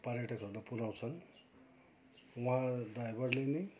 पर्यटकहरूलाई पुऱ्याउँछन् वहाँ ड्राइभरले नै